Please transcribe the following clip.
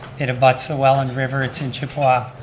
it abuts the welland river. it's in chippewa.